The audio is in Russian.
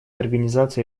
организации